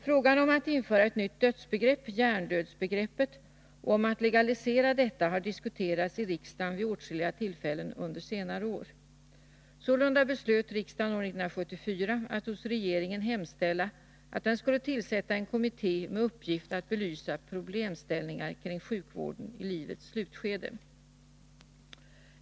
Frågan om att införa ett nytt dödsbegrepp — hjärndödsbegreppet — och om att legalisera detta har diskuterats i riksdagen vid åtskilliga tillfällen under senare år. Sålunda beslöt riksdagen år 1974 att hos regeringen hemställa att den skulle tillsätta en kommitté med uppgift att belysa problemställningar kring sjukvården i livets slutskede.